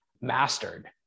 mastered